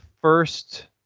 first